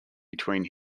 between